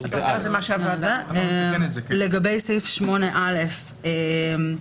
סעיף 8(א)